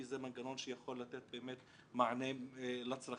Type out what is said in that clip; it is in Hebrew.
כי זה מנגנון שיכול לתת באמת מענה לצרכים,